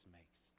makes